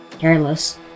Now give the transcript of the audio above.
hairless